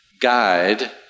guide